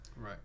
Right